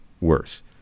worse